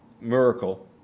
Miracle